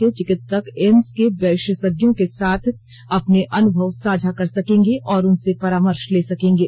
के चिकित्सक एम्स के विशेषज्ञों के साथ अपने अनुभव साझा कर सकेंगे और उनसे परामर्श ले सकेंगे